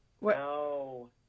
No